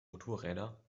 motorräder